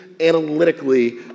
analytically